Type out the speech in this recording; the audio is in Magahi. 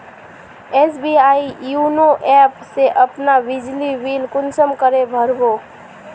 एस.बी.आई योनो ऐप से अपना बिजली बिल कुंसम करे भर बो?